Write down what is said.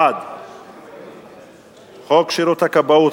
1. חוק שירות הכבאות,